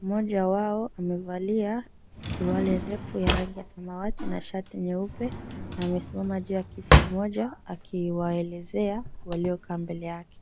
mmoja wao amevalia suruali ndefu ya rangi ya samawati na shati nyeupe na amesimama juu ya kiti kimoja akiwaelezea waliokaa mbele yake.